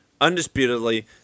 undisputedly